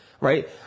Right